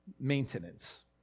maintenance